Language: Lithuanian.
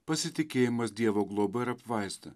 pasitikėjimas dievo globa ir apvaizda